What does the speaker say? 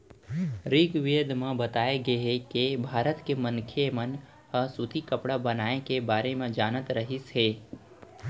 ऋगवेद म बताए गे हे के भारत के मनखे मन ह सूती कपड़ा बनाए के बारे म जानत रहिस हे